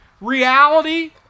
reality